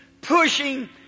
pushing